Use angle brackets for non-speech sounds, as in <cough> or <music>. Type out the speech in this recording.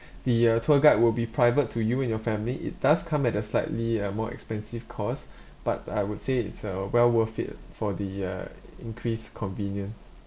the uh tour guide will be private to you and your family it does come at a slightly uh more expensive cost <breath> but I would say it's uh well worth it ah for the uh increased convenience